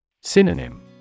Synonym